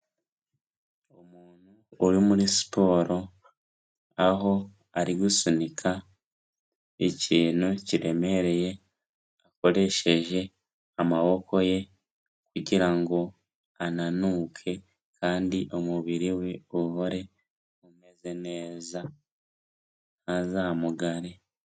Umuntu uri muri siporo aho ari gusunika ikintu kiremereye akoresheje amaboko ye kugira ngo ananuke, kandi umubiri we uhore umeze neza ntazamugare.